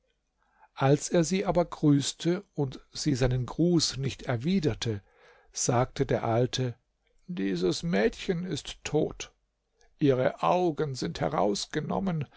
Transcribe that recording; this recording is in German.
als er sie aber grüßte und sie seinen gruß nicht erwiderte sagte der alte dieses mädchen ist tot ihre augen sind herausgenommen